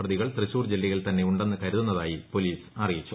പ്രതികൾ തൃശ്ശൂർ ജില്ലയിൽ തന്നെയുണ്ടെന്ന് കരുതുന്നതുയ്പ്പി പോലീസ് അറിയിച്ചു